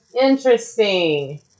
Interesting